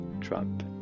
Trump